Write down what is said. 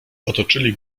otoczyli